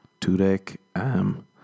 Tudek